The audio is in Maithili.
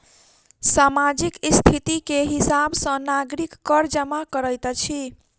सामाजिक स्थिति के हिसाब सॅ नागरिक कर जमा करैत अछि